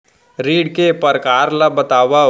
ऋण के परकार ल बतावव?